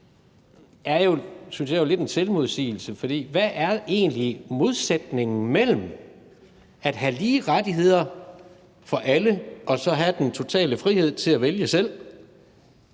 synes jeg, lidt en selvmodsigelse. For hvad er egentlig modsætningen mellem at have lige rettigheder for alle og så at have den totale frihed til at vælge selv?